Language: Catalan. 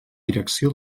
direcció